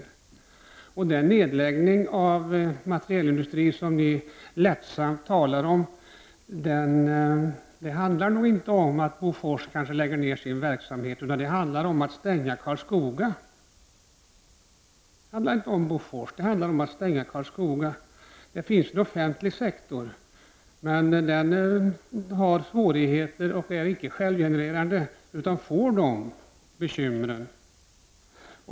Ni talar så lättsamt om nedläggning av materielindustrin. Men det handlar inte om att Bofors kanske lägger ned sin verksamhet, utan det handlar om att stänga Karlskoga. Där finns en offentlig sektor, men den har svårigheter och är inte självgenererande utan får de här bekymren.